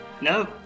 No